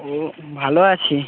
ও ভালো আছি